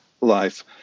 life